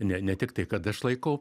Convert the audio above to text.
ne ne tik tai kad aš laikau